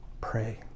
pray